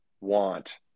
want